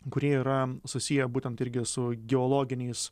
kurie yra susiję būtent irgi su geologiniais